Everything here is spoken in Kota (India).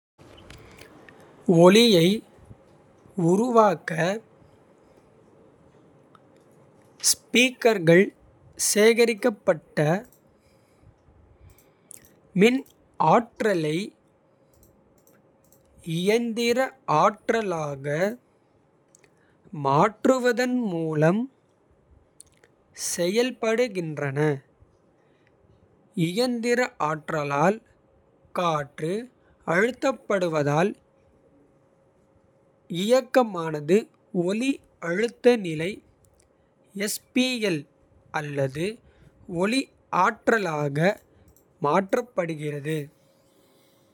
ஒலியை உருவாக்க ஸ்பீக்கர்கள் சேகரிக்கப்பட்ட. மின் ஆற்றலை இயந்திர ஆற்றலாக மாற்றுவதன். மூலம் செயல்படுகின்றன இயந்திர ஆற்றலால். காற்று அழுத்தப்படுவதால் இயக்கமானது ஒலி. அழுத்த நிலை அல்லது ஒலி ஆற்றலாக மாற்றப்படுகிறது.